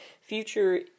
future